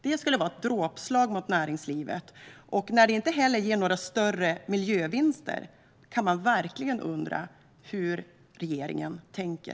Det skulle vara ett dråpslag mot näringslivet, och när det inte heller ger några större miljövinster kan man verkligen undra hur regeringen tänker.